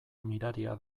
miraria